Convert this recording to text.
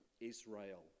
Israel